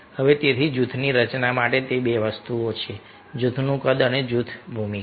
હવે તેથી જૂથની રચના માટે તે 2 વસ્તુઓ છે જૂથનું કદ અને જૂથ ભૂમિકા